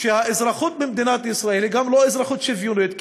שהאזרחות במדינת ישראל היא לא אזרחות שוויונית,